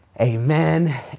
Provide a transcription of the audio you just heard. amen